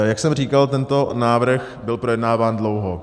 Jak jsem říkal, tento návrh byl projednáván dlouho.